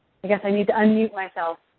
i guess i need to unmute myself.